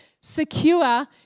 secure